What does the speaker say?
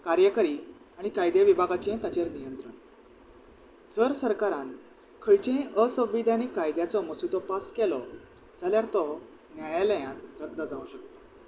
कार्यकरी आनी कायद्या विभागाचें ताचेर नियंत्रण जर सरकारान खंयचेंय असंविधानीक कायद्याचो मसूदो पास केलो जाल्यार तो न्यायालयांत रद्द जावंक शकता